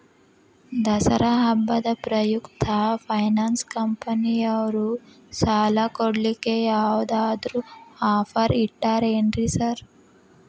ದಸರಾ ಹಬ್ಬದ ಪ್ರಯುಕ್ತ ಫೈನಾನ್ಸ್ ಕಂಪನಿಯವ್ರು ಸಾಲ ಕೊಡ್ಲಿಕ್ಕೆ ಯಾವದಾದ್ರು ಆಫರ್ ಇಟ್ಟಾರೆನ್ರಿ ಸಾರ್?